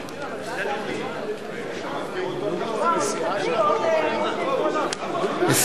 סיעות מרצ העבודה להביע אי-אמון בממשלה לא נתקבלה.